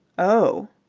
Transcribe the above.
oh!